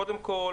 קודם כול,